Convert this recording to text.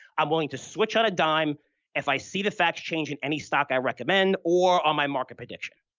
i'm willing to switch on a dime if i see the facts change in any stock i recommend or on my market prediction.